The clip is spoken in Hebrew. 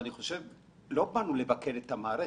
לא באנו לבקר את המערכת,